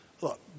Look